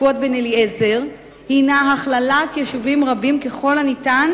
פואד בן-אליעזר הינה הכללת יישובים רבים ככל הניתן,